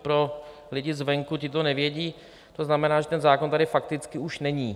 Pro lidi zvenku, ti to nevědí, to znamená, že ten zákon tady fakticky už není.